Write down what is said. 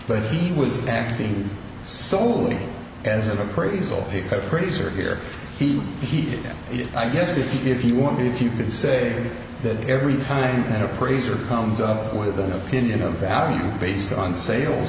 but he was acting solely as an appraisal pick up preserve here he he did it i guess if you if you want if you can say that every time an appraiser comes up with an opinion of value based on sales